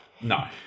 No